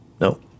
No